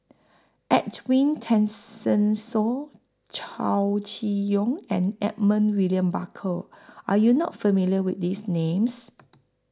Edwin Tessensohn Chow Chee Yong and Edmund William Barker Are YOU not familiar with These Names